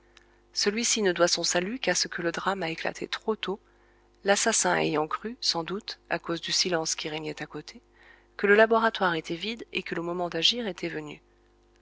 celui-ci ne doit son salut qu'à ce que le drame a éclaté trop tôt l'assassin ayant cru sans doute à cause du silence qui régnait à côté que le laboratoire était vide et que le moment d'agir était venu